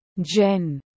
Jen